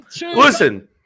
Listen